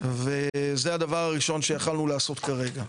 זה הדבר הראשון שיכולנו לעשות כרגע.